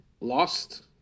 lost